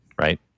Right